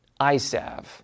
ISAV